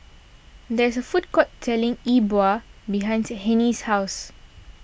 there is a food court selling E Bua behind Hennie's house